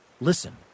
Listen